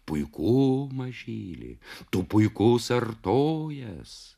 puiku mažyli tu puikus artojas